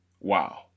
Wow